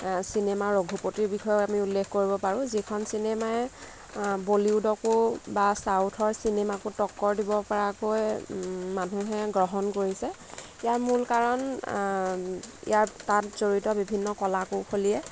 cinema ৰঘুপতিৰ বিষয়ে আমি উল্লেখ কৰিব পাৰোঁ যিখন চিনেমায়ে আ বলিউডকো বা চাউথৰ চিনেমাকো টক্কৰ দিব পৰাকৈ মানুহে গ্ৰহণ কৰিছে ইয়াৰ মূল কাৰণ ইয়াত তাত জড়িত বিভিন্ন কলা কৌশলীয়ে